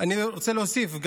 אני רוצה להוסיף,